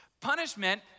Punishment